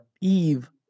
eve